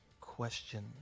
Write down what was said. question